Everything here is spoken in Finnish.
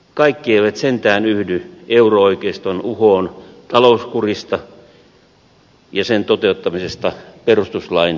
kaikki eivät sentään yhdy euro oikeiston uhoon talouskurista ja sen toteuttamisesta perustuslain pykälillä